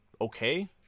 okay